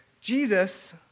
Jesus